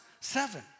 seven